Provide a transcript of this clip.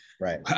right